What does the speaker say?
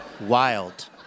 wild